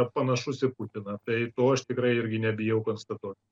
panašus į putiną tai to aš tikrai irgi nebijau konstatuot